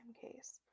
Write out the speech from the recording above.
case